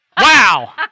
Wow